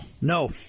No